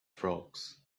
frogs